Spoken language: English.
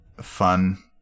fun